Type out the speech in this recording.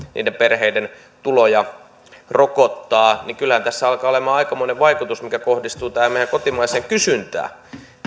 niiden perheiden tuloja rokottaa niin kyllähän tässä alkaa olemaan aikamoinen vaikutus mikä kohdistuu tähän meidän kotimaiseen kysyntään